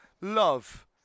love